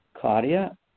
Claudia